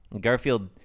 Garfield